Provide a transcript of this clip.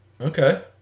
Okay